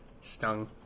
stung